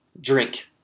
drink